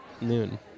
noon